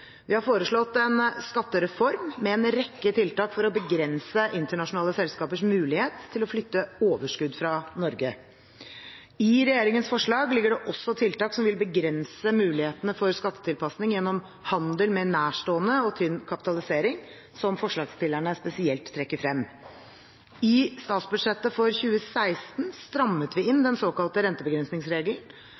Vi har foreslått en skattereform med en rekke tiltak for å begrense internasjonale selskapers mulighet til å flytte overskudd fra Norge. I regjeringens forslag ligger det også tiltak som vil begrense mulighetene for skattetilpasning gjennom handel mellom nærstående og tynnkapitalisering, som forslagsstillerne spesielt trekker frem. I statsbudsjettet for 2016 strammet vi inn den såkalte rentebegrensningsregelen